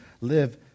live